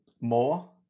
more